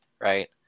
right